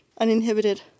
uninhibited